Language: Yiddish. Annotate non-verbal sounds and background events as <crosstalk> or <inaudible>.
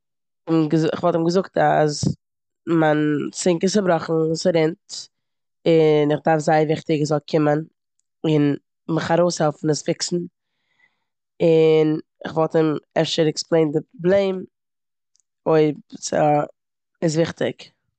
<unintelligible> כ'וואלט אים געזאגט אז מיין סינק איז צובראכן, ס'רינט און איך דארף זייער וויכטיג ער זאל קומען און מיך ארויסהעלפן עס פיקסן און איך וואלט אים אפשר עקספלעינט די פראבלעם אויב ס'איז וויכטיג.